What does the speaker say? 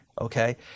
Okay